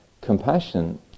Compassion